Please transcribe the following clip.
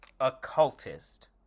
occultist